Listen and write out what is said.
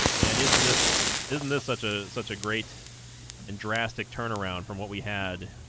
and isn't this isn't this such a such a great and drastic turnaround from what we had